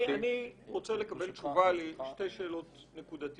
אני רוצה לקבל תשובה לשתי שאלות נקודתיות.